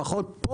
לפחות,